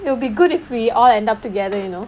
it'll be good if we all end up together you know